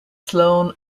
sloane